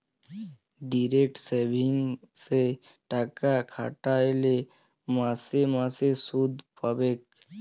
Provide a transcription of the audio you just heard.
direct সেভিংসে টাকা খ্যাট্যাইলে মাসে মাসে সুদ পাবেক